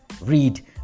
read